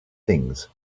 things